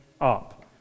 up